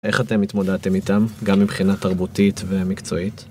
איך אתם התמודדתם איתם, גם מבחינה תרבותית ומקצועית?